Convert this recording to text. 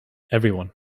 everyone